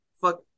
fuck